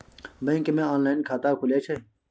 Bank मे online खाता खुले छै?